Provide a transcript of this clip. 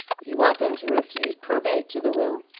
you want them to refuse probate to the will?